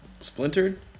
splintered